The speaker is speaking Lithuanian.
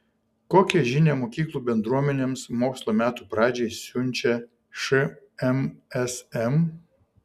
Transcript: kokią žinią mokyklų bendruomenėms mokslo metų pradžiai siunčia šmsm